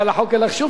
אין לך שום סיכויים.